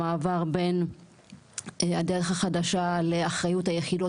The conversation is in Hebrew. המעבר בין הדרך החדשה לאחריות היחידות,